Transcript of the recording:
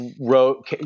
wrote